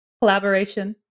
collaboration